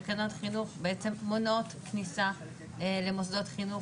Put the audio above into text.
תקנות חינוך בעצם מונעות כניסה למוסדות חינוך